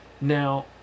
Now